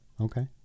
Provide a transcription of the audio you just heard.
okay